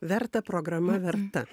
verta programa verta